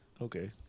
Okay